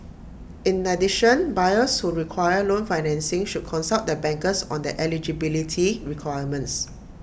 in addition buyers who require loan financing should consult their bankers on their eligibility requirements